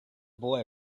boy